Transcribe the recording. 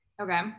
Okay